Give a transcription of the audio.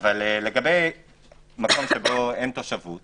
אבל לגבי מקום שבו אין תושבות